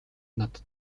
надад